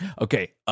Okay